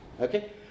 Okay